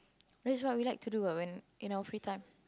that's what we like to do what when you know free time